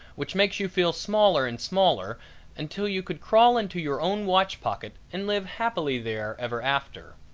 which makes you feel smaller and smaller until you could crawl into your own watch pocket and live happily there ever after.